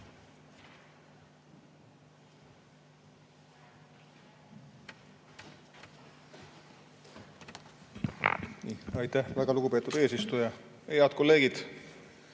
Aitäh, väga lugupeetud eesistuja! Head kolleegid!